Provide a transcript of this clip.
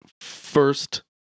first